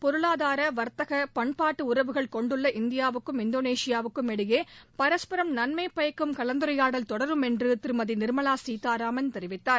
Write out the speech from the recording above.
பொருளார வர்த்தக பண்பாட்டு உறவுகள் கொண்டுள்ள இந்தியாவுக்கும் இந்தோனேஷியாவுக்கும் இடையே பரஸ்பரம் நன்மை பயக்கும் கலந்துரையாடல் தொடரும் என்று திருமதி நிர்மலா சீதாராம் தெரிவித்தார்